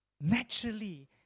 naturally